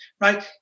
right